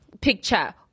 picture